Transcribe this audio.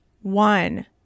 one